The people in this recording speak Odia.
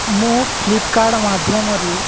ମୁଁ ଫ୍ଲିପ୍କାର୍ଟ୍ ମାଧ୍ୟମରେ